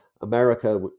America